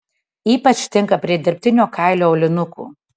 ypač tinka prie dirbtinio kailio aulinukų